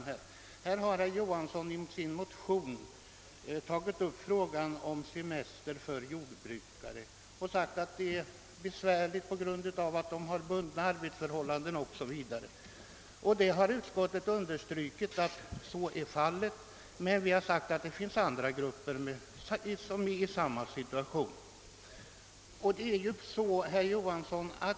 Herr Johansson säger i sin motion att frågan om semester för jordbrukare är ett mycket svårlöst problem på grund av bl.a. de bundna arbetsförhållandena inom jordbruket. Utskottet understryker att så är fallet, men framhåller samtidigt att andra grupper befinner sig i samma situation.